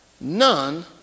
None